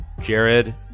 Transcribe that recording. jared